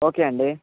okay అండి